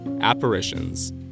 apparitions